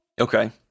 Okay